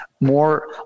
more